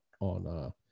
on